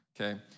Okay